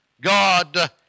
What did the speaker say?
God